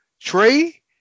Trey